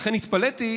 לכן התפלאתי